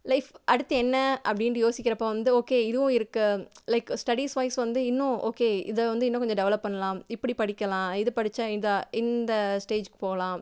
life அடுத்து என்ன அப்படின்டு யோசிக்கிறப்போது வந்து ஓகே இதுவும் இருக்குது லைக் ஸ்டடிஸ்வைஸ் வந்து இன்னும் ஓகே இதை வந்து இன்னும் கொஞ்சம் டெவலப் பண்ணலாம் இப்படி படிக்கலாம் இது படித்தா இந்த இந்த ஸ்டேஜூக்கு போகலாம்